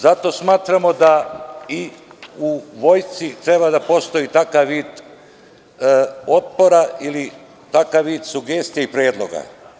Zato smatramo da i u vojsci treba da postoji takav vid otpora ili takav vid sugestije i predloga.